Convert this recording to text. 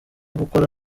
gukora